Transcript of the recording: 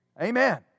Amen